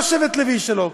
לא שבט לוי שלו,